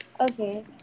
okay